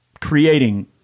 creating